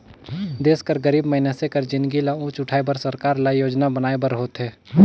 देस कर गरीब मइनसे कर जिनगी ल ऊंच उठाए बर सरकार ल योजना बनाए बर होथे